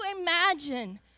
imagine